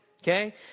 Okay